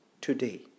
Today